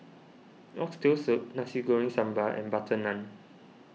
Oxtail Soup Nasi Goreng Sambal and Butter Naan